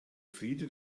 friede